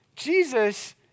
Jesus